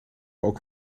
ook